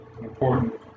important